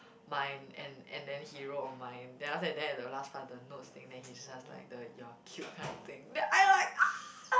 mine and and then he wrote on my then after that then at the last part the notes thing then he's just like the you're cute kind of thing then I like ah